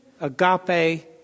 agape